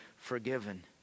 forgiven